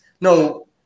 No